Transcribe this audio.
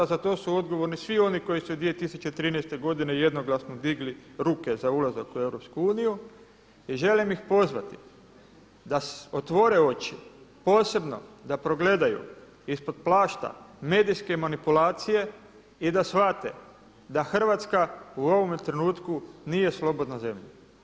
Za to su odgovorni svi oni koji su 2013. godine jednoglasno digli ruke za ulazak u EU i želim ih pozvati da otvore oči, posebno da progledaju ispod plašta medijske manipulacije i da shvate da Hrvatska u ovom trenutku nije slobodna zemlja.